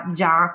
già